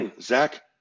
Zach